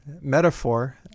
metaphor